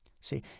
See